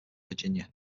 virginia